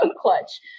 clutch